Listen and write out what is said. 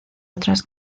otras